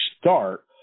start